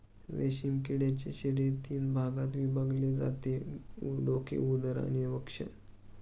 रेशीम किड्याचे शरीर तीन भागात विभागले जाते डोके, उदर आणि वक्ष